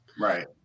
Right